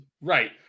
right